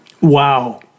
Wow